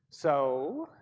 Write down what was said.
so